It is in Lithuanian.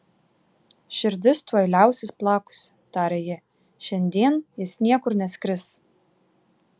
širdis tuoj liausis plakusi tarė ji šiandien jis niekur neskris